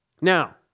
Now